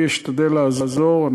אני אשתדל לעזור.